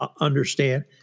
understand